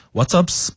WhatsApps